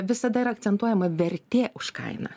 visada yra akcentuojama vertė už kainą